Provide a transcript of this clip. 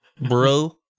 bro